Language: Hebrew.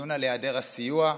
לדיון על היעדר הסיוע,